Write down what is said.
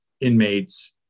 inmates